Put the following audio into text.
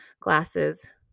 glasses